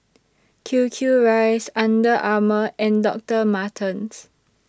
Q Q Rice Under Armour and Doctor Martens